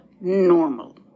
normal